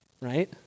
right